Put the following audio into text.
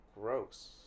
gross